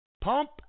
pump